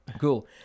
Cool